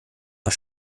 aus